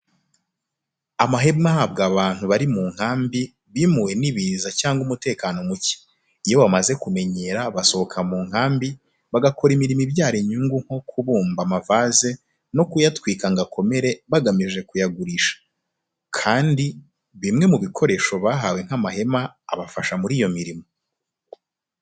Amahema ahabwa abantu bari mu nkambi, bimuwe n'ibiza cyangwa umutekano mucye; iyo bamaze kumenyera basohoka mu nkambi bagakora imirimo ibyara inyungu nko kubumba amavaze no kuyatwika ngo akomere bagamije kuyagurisha, kandi bimwe mu bikoresho bahawe nk'amahema abafasha muri iyo mirimo.